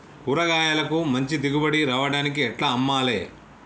కూరగాయలకు మంచి దిగుబడి రావడానికి ఎట్ల అమ్మాలే?